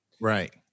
Right